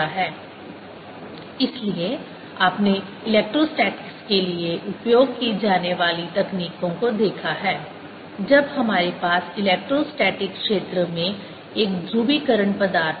HB0 M3MB033MB0 Binside0HM3M13MBapplied इसलिए आपने electrostatics के लिए उपयोग की जाने वाली तकनीकों को देखा है जब हमारे पास इलेक्ट्रोस्टैटिक क्षेत्र में एक ध्रुवीकरण पदार्थ था